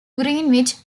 greenwich